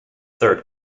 third